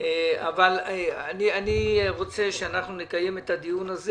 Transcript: אני רוצה שנקיים את הדיון הזה